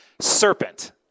serpent